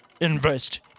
invest